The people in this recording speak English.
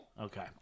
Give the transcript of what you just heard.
okay